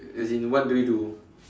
as in what do you do